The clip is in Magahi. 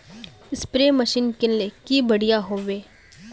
स्प्रे मशीन किनले की बढ़िया होबवे?